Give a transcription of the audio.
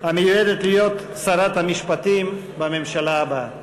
המיועדת להיות שרת המשפטים בממשלה הבאה.